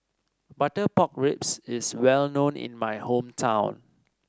Butter Pork Ribs is well known in my hometown